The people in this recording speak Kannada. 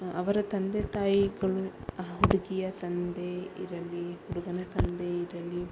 ಅವರ ತಂದೆ ತಾಯಿಗಳು ಹ ಹುಡುಗಿಯ ತಂದೆ ಇರಲಿ ಹುಡುಗನ ತಂದೆ ಇರಲಿ